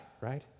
right